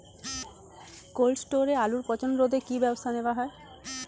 Cold স্টোরে আলুর পচন রোধে কি ব্যবস্থা নেওয়া হয়?